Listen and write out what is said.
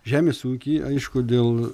žemės ūky aišku dėl